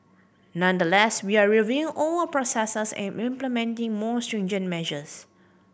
nonetheless we are reviewing all our processes and implementing more stringent measures